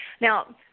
Now